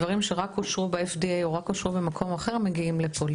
דברים שרק אושרו ב-FAD או רק אושרו במקום אחר מגיעים לפה.